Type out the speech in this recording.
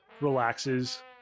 relaxes